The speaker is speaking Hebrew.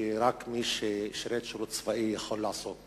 שבו רק מי ששירת שירות צבאי יכול לעבוד